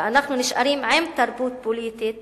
ואנחנו נשארים עם תרבות פוליטית